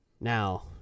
Now